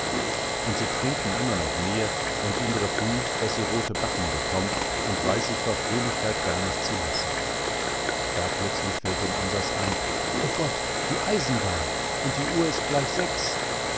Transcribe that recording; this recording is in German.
und sie trinken immer noch mehr und indre fühlt daß sie rote backen bekommt und weiß sich vor fröhlichkeit gar nicht zu lassen da plötzlich fällt dem ansas ein o gott die eisenbahn und die uhr ist gleich sechs